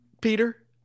Peter